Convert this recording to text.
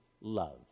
love